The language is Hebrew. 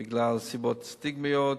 בגלל סיבות סטיגמטיות,